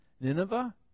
Nineveh